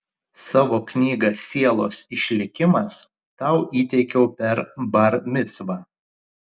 savo knygą sielos išlikimas tau įteikiau per bar micvą